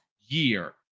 year